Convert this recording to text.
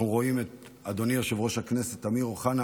אנחנו רואים את אדוני יושב-ראש הכנסת אמיר אוחנה,